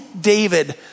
David